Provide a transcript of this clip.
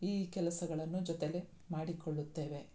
ಈ ಕೆಲಸಗಳನ್ನು ಜೊತೇಲೆ ಮಾಡಿಕೊಳ್ಳುತ್ತೇವೆ